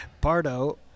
Pardo